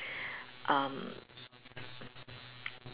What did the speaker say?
um